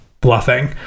bluffing